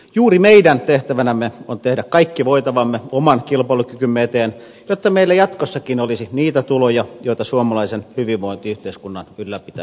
juuri meidän tehtävänämme on tehdä kaikki voitavamme oman kilpailukykymme eteen jotta meillä jatkossakin olisi niitä tuloja joita suomalaisen hyvinvointiyhteiskunnan ylläpitäminen edellyttää